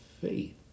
faith